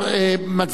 סעיף 2,